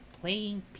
playing